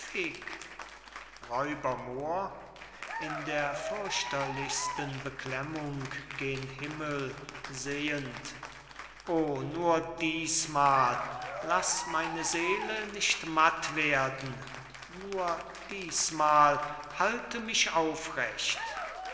in der fürchterlichsten beklemmung gen himmel sehend o nur dißmal laß meine seele nicht matt werden nur dißmal halte mich aufrecht